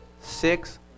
six